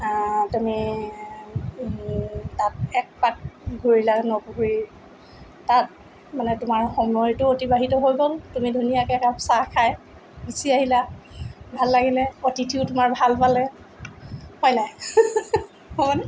তুমি তাত এক পাক ঘূৰিলা ন পুখুৰী তাত মানে তোমাৰ সময়টো অতিবাহিত হৈ গ'ল তুমি ধুনীয়াকৈ একাপ চাহ খাই গুচি আহিলা ভাল লাগিলে অতিথিও তোমাৰ ভাল পালে হয় নাই হ'বনে